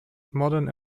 modern